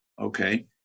okay